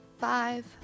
five